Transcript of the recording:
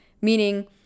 Meaning